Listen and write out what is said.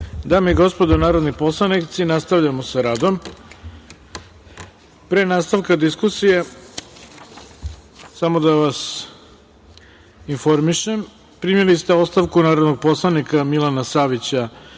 Dame i gospodo narodni poslanici, nastavljamo sa radom. Pre nastavka diskusije, samo da vas informišem. Primili ste ostavku narodnog poslanika Milana Savića